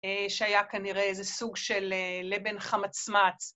שהיה כנראה איזה סוג של לבן חמצמץ.